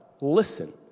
listen